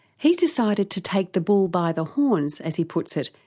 he's decided to take the bull by the horns, as he puts it,